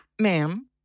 Ma'am